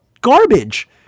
garbage